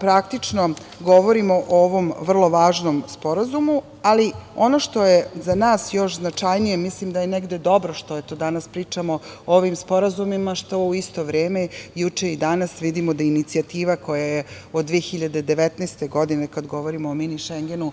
praktično govorimo o ovom vrlo važnom sporazumu, ali ono što je za nas još značajnije mislim da je negde dobro, što danas pričamo o ovim sporazumima, što u isto vreme juče i danas vidimo da inicijativa koja je od 2019. godine, kada govorimo o „mini Šengenu“